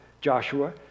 Joshua